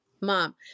mom